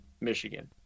Michigan